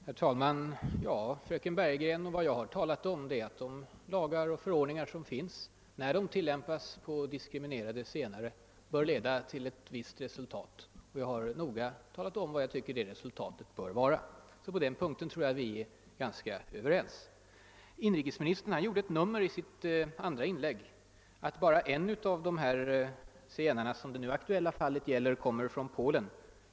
Herr talman! Jag har, fröken Bergegren, visat att när de lagar och förord ningar som finns tillämpas på diskriminerade zigenare bör de leda till ett visst resultat. Jag har noga redogjort för vad jag anser att det resultatet bör vara. På den punkten hoppas jag att vi är ganska överens. Inrikesministern gjorde i sitt andra inlägg ett stort nummer av att bara en av zigenarna i den nu aktuella gruppen kommer från Polen.